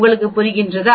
உங்களுக்கு புரிகிறதா